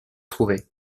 trouver